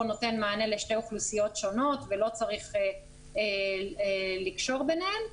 נותן מענה לשתי אוכלוסיות שונות ולא צריך לקשור ביניהן.